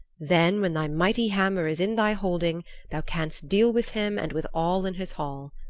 then when thy mighty hammer is in thy holding thou canst deal with him and with all in his hall.